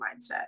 mindset